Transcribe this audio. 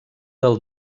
del